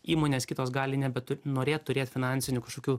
įmonės kitos gali nebetu norėt turėt finansinių kažkokių